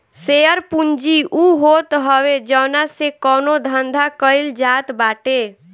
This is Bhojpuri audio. शेयर पूंजी उ होत हवे जवना से कवनो धंधा कईल जात बाटे